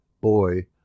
boy